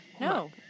No